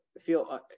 feel